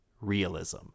realism